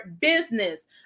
business